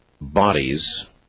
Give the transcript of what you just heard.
bodies